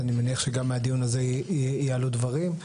אני מניח שגם מהדיון הזה יעלו דברים.